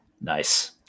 Nice